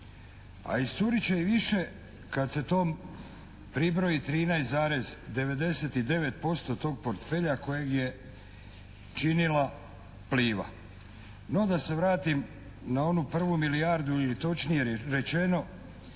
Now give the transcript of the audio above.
a iscurit će i više kad se tom pribroji 13,99% tog portfelja kojeg je činila Pliva. No da se vratim na onu prvu milijardu ili točnije rečeno